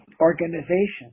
organization